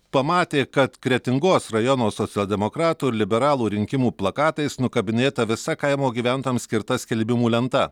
pamatė kad kretingos rajono socialdemokratų ir liberalų rinkimų plakatais nukabinėta visa kaimo gyventojams skirta skelbimų lenta